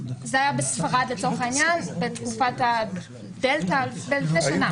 ספרד בתקופת הדלתה, לפני שנה.